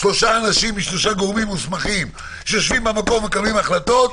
שלושה אנשים משלושה גורמים מוסמכים שיושבים במקום ומקבלים החלטות,